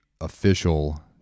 official